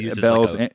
Bells